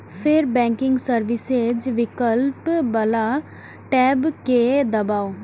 फेर banking services विकल्प बला टैब कें दबाउ